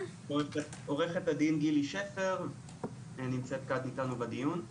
עורכת הדין גילי שפר נמצאת אתנו בדיון.